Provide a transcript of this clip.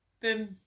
Boom